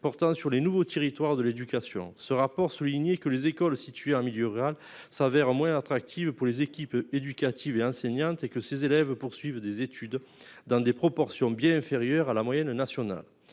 portant sur les nouveaux territoires de l'éducation ce rapport soulignait que les écoles situées en milieu rural s'avère moins attractive pour les équipes éducatives et enseignante, c'est que ces élèves poursuivent des études dans des proportions bien inférieures à la moyenne nationale.